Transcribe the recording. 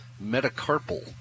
metacarpal